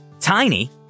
Tiny